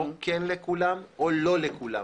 או כן לכולם או לא לכולם.